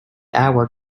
hour